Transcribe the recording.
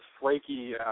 flaky